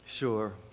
Sure